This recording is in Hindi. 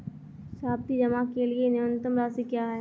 सावधि जमा के लिए न्यूनतम राशि क्या है?